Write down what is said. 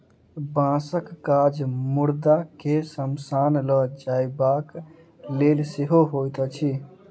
बाँसक काज मुर्दा के शमशान ल जयबाक लेल सेहो होइत अछि